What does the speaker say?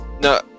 No